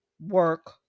work